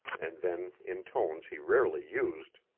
and then in tones he rarely used,